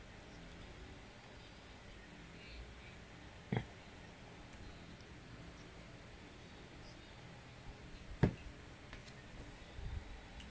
ya